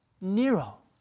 Nero